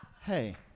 Hey